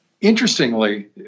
Interestingly